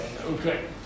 Okay